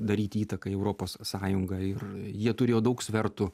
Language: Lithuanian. daryt įtaką į europos sąjungą ir jie turėjo daug svertų